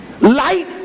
light